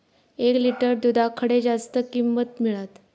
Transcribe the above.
एक लिटर दूधाक खडे जास्त किंमत मिळात?